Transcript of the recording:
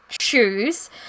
shoes